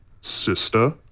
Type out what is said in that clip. sister